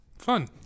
Fun